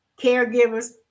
Caregivers